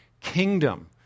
kingdom